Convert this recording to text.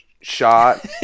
shot